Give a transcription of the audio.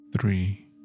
Three